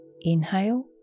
Inhale